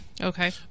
okay